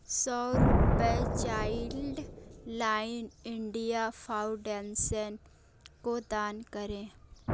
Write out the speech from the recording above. सौ रुपये child line India foundation को दान करें